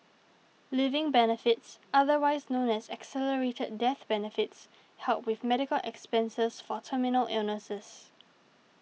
living benefits otherwise known as accelerated death benefits help with medical expenses for terminal illnesses